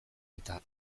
eta